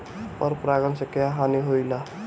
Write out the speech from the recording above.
पर परागण से क्या हानि होईला?